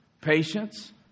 patience